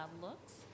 looks